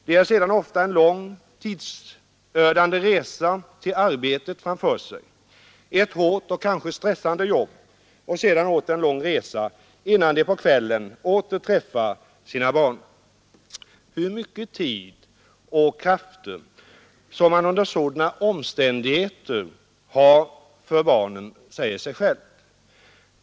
De har sedan ofta en lång, tidsödande resa till arbetet framför sig, ett hårt och kanske stressande jobb, och sedan åter en lång resa innan de på kvällen träffar sina barn igen. Hur mycket tid och krafter som man under sådana omständigheter har för barnen säger sig självt.